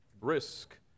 brisk